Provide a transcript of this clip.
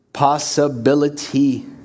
possibility